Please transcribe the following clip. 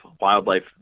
wildlife